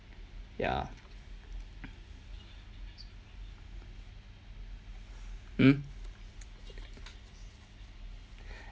ya mm